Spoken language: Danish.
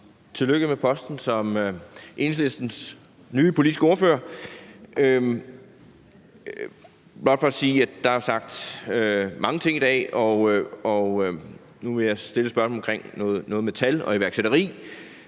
tillykke med posten som Enhedslistens nye politiske ordfører. Der er sagt mange ting i dag, og nu vil jeg stille et spørgsmål omkring noget med tal og iværksætteri.